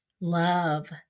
love